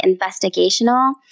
investigational